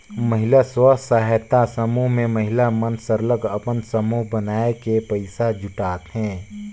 महिला स्व सहायता समूह में महिला मन सरलग अपन समूह बनाए के पइसा जुटाथें